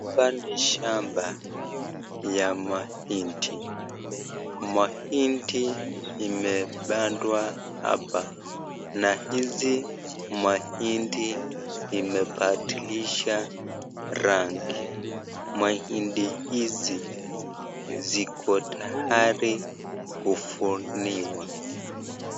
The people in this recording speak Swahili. Hapa ni shamba ya mahindi, mahindi imepandwa hapa na hizi mahindi imebadilisha rangi, mahindi hizi ziko tayari kuvunwa.